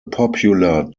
popular